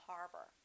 Harbor